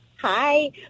Hi